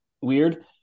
weird